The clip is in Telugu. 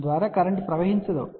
దాని ద్వారా కరెంట్ ప్రవహించదు